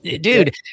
dude